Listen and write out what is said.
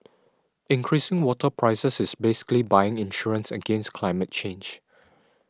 increasing water prices is basically buying insurance against climate change